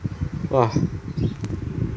!wah!